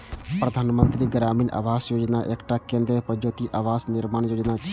प्रधानमंत्री ग्रामीण आवास योजना एकटा केंद्र प्रायोजित आवास निर्माण योजना छियै